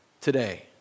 today